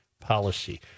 policy